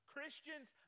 Christians